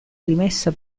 rimessa